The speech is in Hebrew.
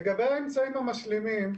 לגבי האמצעים המשלימים,